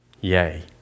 Yay